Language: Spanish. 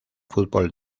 fútbol